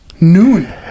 Noon